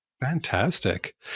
Fantastic